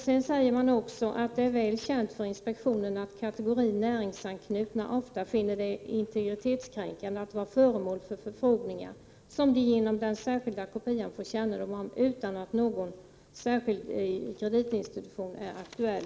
Man säger också att det är väl känt för inspektionen att kategorin näringsanknutna ofta finner det integritetskränkande att vara föremål för förfrågningar, som de genom den särskilda kopian får kännedom om, utan att någon särskild kreditinstitution är aktuell.